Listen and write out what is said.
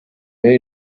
may